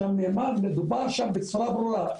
שם נאמר ודובר שם בצורה ברורה,